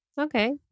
Okay